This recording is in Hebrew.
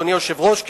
אדוני היושב-ראש,